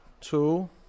two